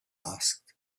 asked